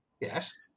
yes